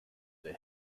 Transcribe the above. der